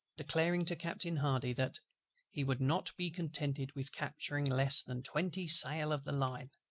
declaring to captain hardy that he would not be contented with capturing less than twenty sail of the line.